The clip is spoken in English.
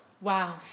Wow